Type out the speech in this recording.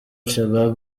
shabab